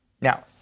Now